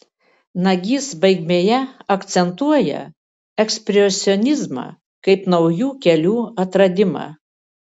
nagys baigmėje akcentuoja ekspresionizmą kaip naujų kelių atradimą